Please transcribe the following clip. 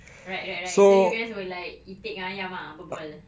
alright alright alright so you guys were like itik dengan ayam ah berbual